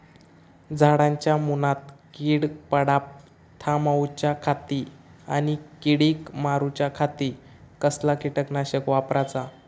झाडांच्या मूनात कीड पडाप थामाउच्या खाती आणि किडीक मारूच्याखाती कसला किटकनाशक वापराचा?